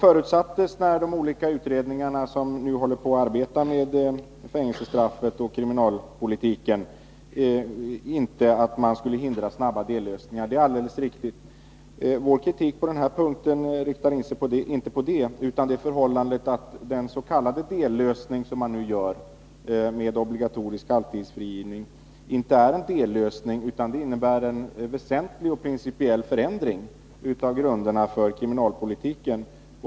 När de olika utredningar tillsattes som nu arbetar med fängelsestraffet och kriminalpolitiken, förutsattes att man inte skulle hindra snabba dellösningar. Det är alldeles riktigt. Vår kritik på den punkten riktar sig inte mot detta utan mot det förhållandet att den s.k. dellösning som man nu gör med obligatorisk halvtidsfrigivning inte är en dellösning utan innebär en väsentlig och principiell förändring av grunderna för kriminalpolitiken.